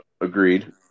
Agreed